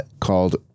called